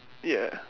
ya